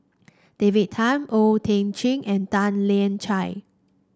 David Tham O Thiam Chin and Tan Lian Chye